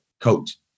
coach